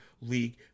League